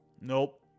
nope